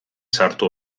sartu